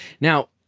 Now